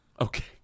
Okay